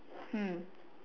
hmm